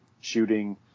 shooting